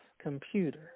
computer